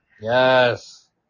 Yes